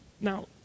Now